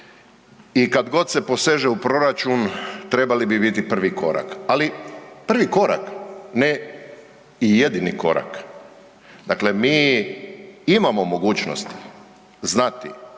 i kad god se poseže u proračun trebali bi biti korak, ali prvi korak ne i jedini korak. Dakle, mi imamo mogućnosti znati